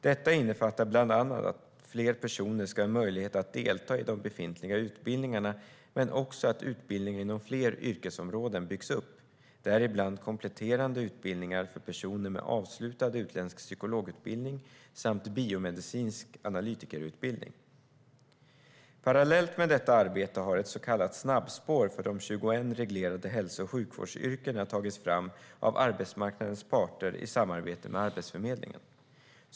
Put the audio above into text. Detta innefattar bland annat att fler personer ska ha möjlighet att delta i de befintliga utbildningarna men också att utbildningar inom fler yrkesområden byggs upp, däribland kompletterande utbildningar för personer med avslutad utländsk psykologutbildning samt biomedicinsk analytikerutbildning. Parallellt med detta arbete har ett så kallat snabbspår för de 21 reglerade hälso och sjukvårdsyrkena tagits fram av arbetsmarknadens parter i samarbete med Arbetsförmedlingen.